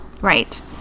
Right